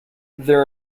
there